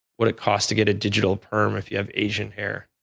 what it costs to get a digital perm if you have asian hair.